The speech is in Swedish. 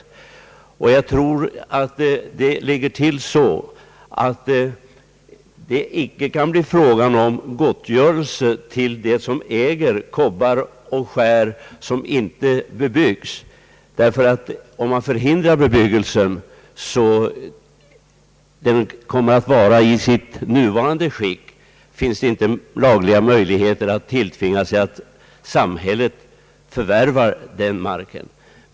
Det kan enligt min uppfattning icke bli fråga om gottgörelse till dem som äger kobbar och skär vilka inte bebyggs. Om man förhindrar bebyggelse så att naturen kommer att vara i sitt nuvarande skick finns det inte lagliga möjligheter att tvinga samhället förvärva marken.